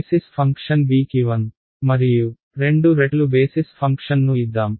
basis function b కి 1 మరియు 2 రెట్లు బేసిస్ ఫంక్షన్ను ఇద్దాం